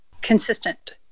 consistent